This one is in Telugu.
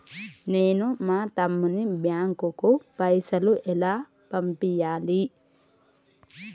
నేను మా తమ్ముని బ్యాంకుకు పైసలు ఎలా పంపియ్యాలి?